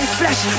flash